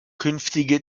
künftige